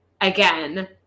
again